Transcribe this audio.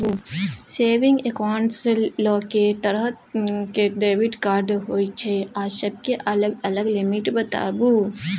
Saving accounts ल के तरह के डेबिट कार्ड होय छै आ सब के अलग अलग लिमिट बताबू?